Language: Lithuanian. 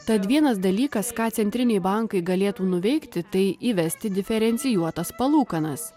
tad vienas dalykas ką centriniai bankai galėtų nuveikti tai įvesti diferencijuotas palūkanas